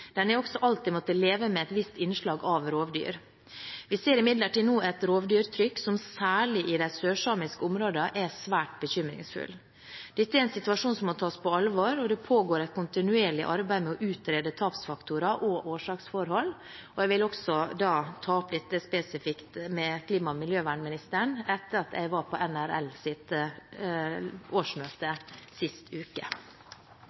Den har også alltid måttet leve med et visst innslag av rovdyr. Vi ser imidlertid nå et rovdyrtrykk som særlig i de sørsamiske områdene er svært bekymringsfullt. Dette er en situasjon som må tas på alvor, og det pågår et kontinuerlig arbeid med å utrede tapsfaktorer og årsaksforhold. Jeg vil ta opp dette spesifikt med klima- og miljøministeren – etter at jeg var på NRLs årsmøte sist uke.